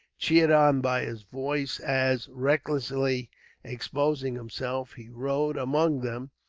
cheered on by his voice as, recklessly exposing himself, he rode among them,